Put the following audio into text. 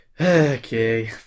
Okay